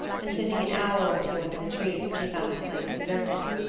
and sitting an hour or two under the trees when she found the place deserted.